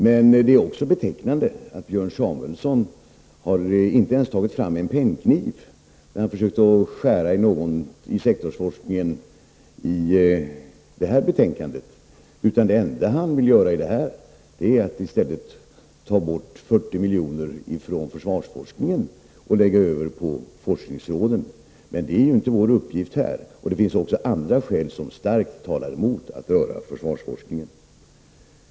Men det är också betecknande att Björn Samuelson inte ens tagit fram en pennkniv för att skära av sektorsforskningen i detta betänkande. Det enda han vill göra är att i stället ta bort 40 miljoner från försvarsforskningen och lägga över den på forskningsråden. Men detta är inte vår uppgift här och det finns också andra skäl som starkt talar mot att röra försvarsforskningen.